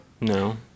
No